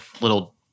little